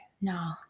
no